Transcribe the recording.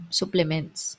supplements